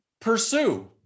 pursue